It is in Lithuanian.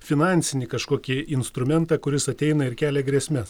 finansinį kažkokį instrumentą kuris ateina ir kelia grėsmes